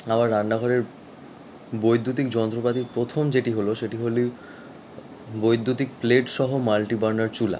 আমার রান্নাঘরের বৈদ্যুতিক যন্ত্রপাতির প্রথম যেটি হলো সেটি হলো বৈদ্যুতিক প্লেটসহ মাল্টি বার্নার চুল্লি